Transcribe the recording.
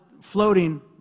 floating